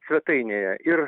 svetainėje ir